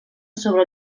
sobre